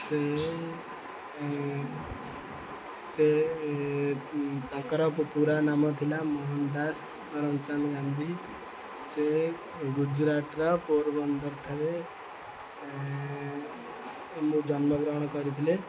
ସେ ସେ ତାଙ୍କର ପୁରା ନାମ ଥିଲା ମୋହନ ଦାସ କରମ ଚାନ୍ଦ ଗାନ୍ଧୀ ସେ ଗୁଜୁରାଟର ପୋରବନ୍ଦରଠାରେ ମୁଁ ଜନ୍ମଗ୍ରହଣ କରିଥିଲେ